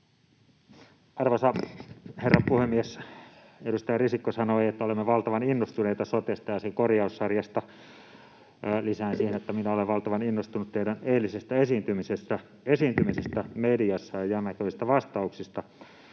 Arvoisa herra puhemies! Edustaja Risikko sanoi, että olemme valtavan innostuneita sotesta ja sen korjaussarjasta. Lisään siihen, että minä olen valtavan innostunut teidän eilisestä esiintymisestänne mediassa ja jämäköistä vastauksista.